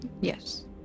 Yes